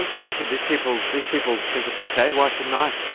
um obviously these people these people think it's okay, why shouldn't i?